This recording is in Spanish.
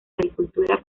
agricultura